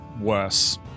worse